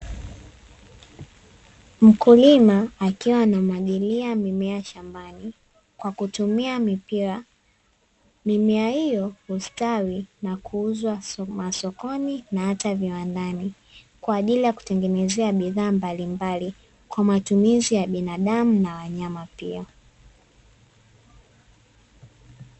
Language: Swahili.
Mkulima akiwa anamwagilia mimea shambani, kwa kutumia mipira mimea hiyo hustawi na kuuzwa masokoni na hata viwandani, kwa ajili ya kutengeneza bidhaa mbalimbali kwa matumizi ya binadamu na wanyama pia.